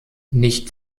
nicht